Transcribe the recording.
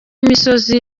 imisozi